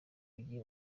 mijyi